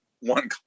one